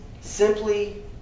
simply